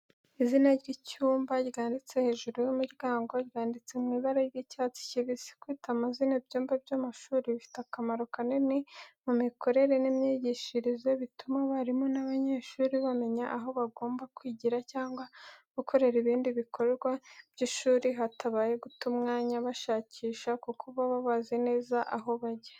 Izina ry’icyumba ryanditse hejuru y’umuryango ryanditse mu ibara ry’icyatsi kibisi. Kwita amazina ibyumba by’amashuri bifite akamaro kanini mu mikorere n’imyigishirize, bituma abarimu n’abanyeshuri bamenya aho bagomba kwigira cyangwa gukorera ibindi bikorwa by’ishuri, hatabaye guta umwanya bashakisha kuko baba bazi neza aho bajya.